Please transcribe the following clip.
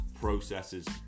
processes